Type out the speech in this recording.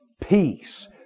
peace